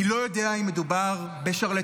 אני לא יודע אם מדובר בשרלטנות,